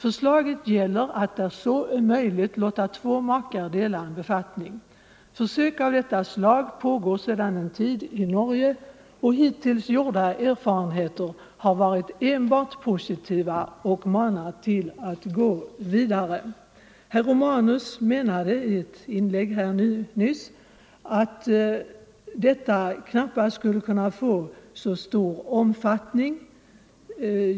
Förslaget gäller att när så är möjligt låta två makar dela en befattning. Försök av detta slag pågår sedan en tid i Norge, och hittills gjorda erfarenheter har varit enbart positiva och manat till att gå vidare. Herr Romanus menade i ett inlägg nyss att detta knappast skulle kunna få så stor omfattning.